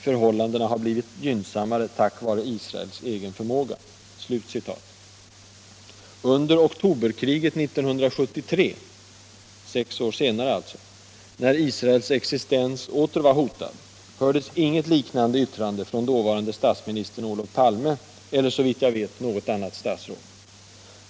Förhållanderna har blivit gynnsammare tack vare Israels egen förmåga.” Under oktoberkriget 1973 — sex år senare alltså, då Israels existens åter var hotad — hördes inget liknande yttrande från dåvarande statsministern Olof Palme eller, såvitt jag vet, något annat statsråd.